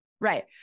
Right